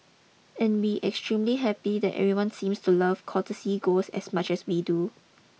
and we extremely happy that everyone seems to love courtesy ghost as much as we do